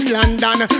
London